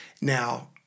Now